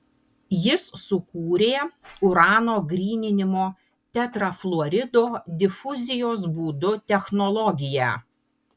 jis sukūrė urano gryninimo tetrafluorido difuzijos būdu technologiją